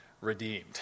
redeemed